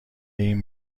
این